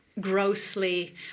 grossly